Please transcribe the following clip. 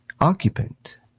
occupant